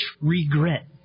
regret